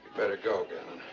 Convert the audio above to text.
better go, gannon.